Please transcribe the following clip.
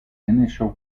initial